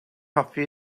hoffi